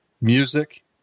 music